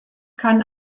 kann